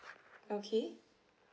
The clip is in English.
okay